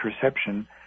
perception